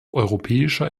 europäischer